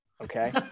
okay